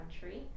country